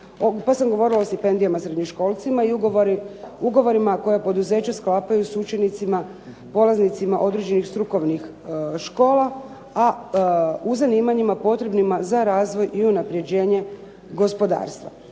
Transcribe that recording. Pa sam govorila o stipendijama srednjoškolaca i ugovorima koja poduzeća sklapaju sa učenicima polaznicima određenih strukovnih škola, a u zanimanjima potrebnima za razvoj i unapređenje gospodarstva.